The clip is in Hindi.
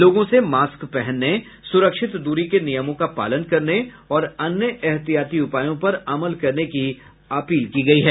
लोगों से मास्क पहनने सुरक्षित दूरी के नियमों का पालन करने और अन्य एहतियाती उपायों पर अमल करने की अपील की गयी है